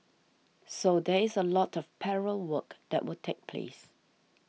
so there is a lot of parallel work that will take place